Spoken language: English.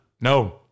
No